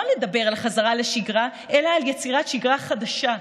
לא לדבר על חזרה לשגרה אלא על יצירת שגרה חדשה,